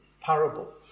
parable